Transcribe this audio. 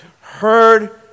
heard